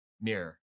mirror